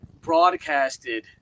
broadcasted